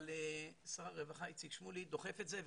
אבל שר הרווחה איציק שמולי, דוחף את זה.